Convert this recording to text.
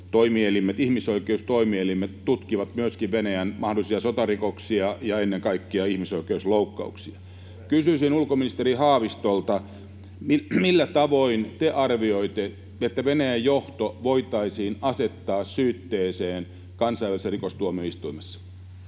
ihmisoikeustoimi-elimet tutkivat myöskin Venäjän mahdollisia sotarikoksia ja ennen kaikkea ihmisoikeusloukkauksia. Kysyisin ulkoministeri Haavistolta: millä tavoin te arvioitte, että Venäjän johto voitaisiin asettaa syytteeseen kansainvälisessä rikostuomioistuimessa?